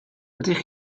ydych